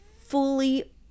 fully